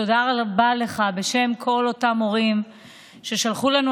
תודה רבה לך בשם כל אותם הורים ששלחו לנו,